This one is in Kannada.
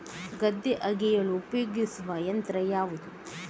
ಗದ್ದೆ ಅಗೆಯಲು ಉಪಯೋಗಿಸುವ ಯಂತ್ರ ಯಾವುದು?